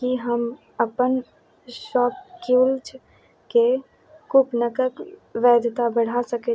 की हम अपन शॉपक्यूल्सके कूपनक वैधता बढ़ा सकैत